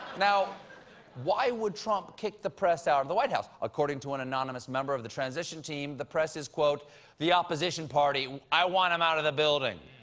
now why would trump kick the press out of the white house? according to an anonymous member of the transition team the press is quote the opposition party. i want them out of the building.